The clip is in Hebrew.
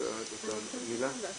את רוצה להגיד מילה?